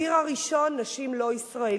הציר הראשון: נשים לא ישראליות,